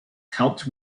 helped